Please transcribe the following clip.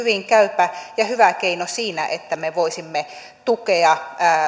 käypä ja ja hyvä keino siinä että me voisimme tukea